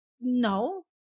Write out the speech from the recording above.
No